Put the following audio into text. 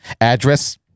address